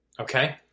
Okay